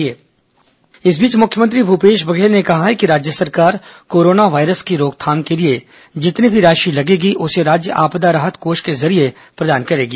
corona virus मुख्यमंत्री इस बीच मुख्यमंत्री भूपेश बघेल ने कहा है कि राज्य सरकार कोरोना वायरस की रोकथाम के लिए जितनी भी राशि लगेगी उसे राज्य आपदा राहत कोष के जरिये प्रदान करेगी